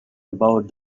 about